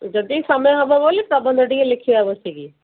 ଯଦି ସମୟ ହବ ବୋଲି ପ୍ରବନ୍ଧ ଟିକେ ଲେଖିବା ବସିକି